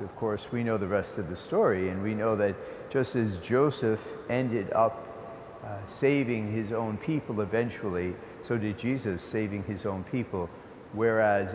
of course we know the rest of the story and we know that just as joseph ended up saving his own people eventually so did jesus saving his own people whereas